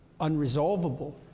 unresolvable